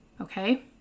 okay